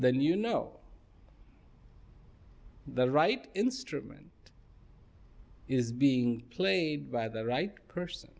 then you know the right instrument is being played by the right person